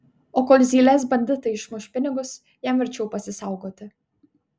o kol zylės banditai išmuš pinigus jam verčiau pasisaugoti